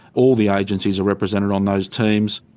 all the agencies are represented on those teams.